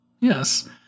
Yes